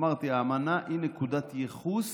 אמרתי: האמנה היא נקודת ייחוס